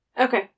okay